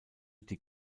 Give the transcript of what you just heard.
die